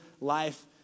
life